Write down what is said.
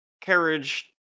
carriage